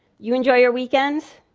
you enjoy your weekends?